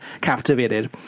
captivated